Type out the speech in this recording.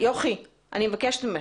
אני מבקשת ממך.